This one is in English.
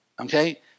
okay